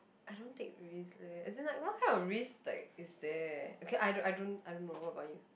I don't take risks leh as in like what kind of risks like is there okay I don't I don't know what about you